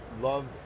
love